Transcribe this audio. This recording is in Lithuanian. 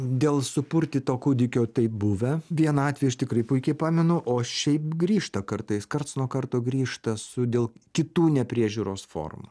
dėl supurtyto kūdikio taip buvę vieną atvejį aš tikrai puikiai pamenu o šiaip grįžta kartais karts nuo karto grįžta su dėl kitų nepriežiūros formų